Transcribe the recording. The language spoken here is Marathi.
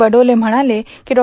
बडोले म्हणाले की डॉ